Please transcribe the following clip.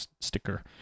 sticker